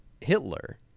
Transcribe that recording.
hitler